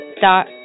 dot